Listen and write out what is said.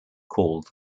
called